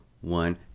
one